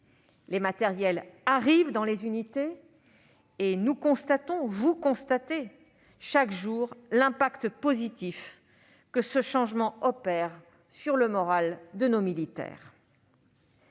Les matériels arrivent dans les unités ! Et nous constatons- vous constatez -chaque jour l'impact positif de ce changement sur le moral de nos militaires.